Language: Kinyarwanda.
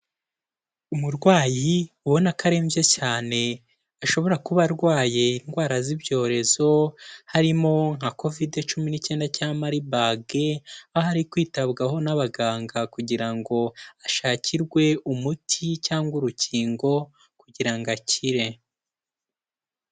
Umurwayi ubona ko arembye cyane, ashobora kuba arwaye indwara z'ibyorezo, harimo nka Covide cumi n'icyenda cyangwa Marburg, aho ari kwitabwaho n'abaganga kugira ngo ashakirwe umuti cyangwa urukingo kugira ngo akire.